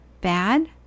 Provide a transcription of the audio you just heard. Bad